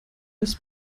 das